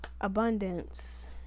Abundance